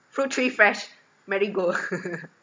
fruit tree fresh marigold